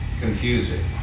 confusing